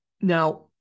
Now